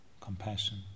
compassion